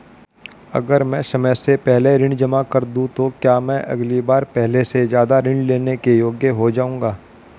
अगर मैं समय से पहले ऋण जमा कर दूं तो क्या मैं अगली बार पहले से ज़्यादा ऋण लेने के योग्य हो जाऊँगा?